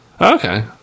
Okay